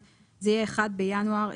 ל-28'.